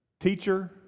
Teacher